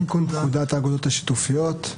פקודת האגודות השיתופיות.